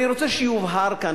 אני רוצה שיובהר כאן,